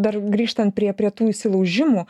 dar grįžtant prie prie tų įsilaužimų